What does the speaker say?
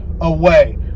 Away